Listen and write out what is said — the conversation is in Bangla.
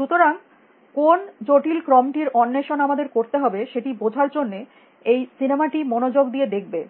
সুতরাং কোন জটিল ক্রমটি র অন্বেষণ আমাদের করতে হবে সেটি বোঝার জন্য এই সিনেমাটি মনোযোগ দিয়ে দেখবে